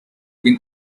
been